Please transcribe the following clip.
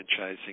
franchising